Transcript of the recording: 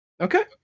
Okay